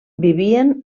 vivien